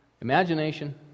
Imagination